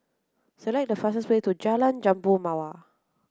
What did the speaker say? select the fastest way to Jalan Jambu Mawar